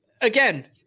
Again